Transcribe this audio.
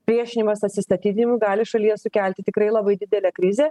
priešinimas atsistatydinmui gali šalyje sukelti tikrai labai didelę krizę